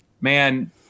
man